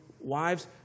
Wives